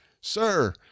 sir